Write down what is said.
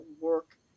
work